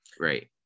Right